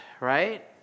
right